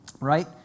right